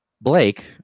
Blake